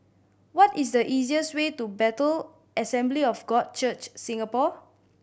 what is the easiest way to Bethel Assembly of God Church Singapore